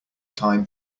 time